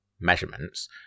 measurements